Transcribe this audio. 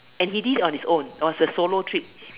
and he did it on his own was a solo trip